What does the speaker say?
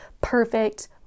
perfect